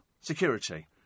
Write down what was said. security